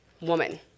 woman